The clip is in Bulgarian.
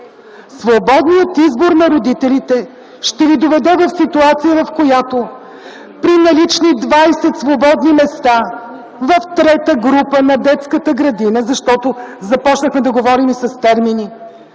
Свободният избор на родителите ще ви доведе до ситуация, в която при налични 20 свободни места в трета група на детската градина – защото започнахме да говорим с термини,